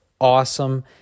awesome